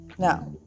Now